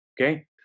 Okay